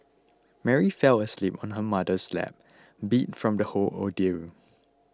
Mary fell asleep on her mother's lap beat from the whole ordeal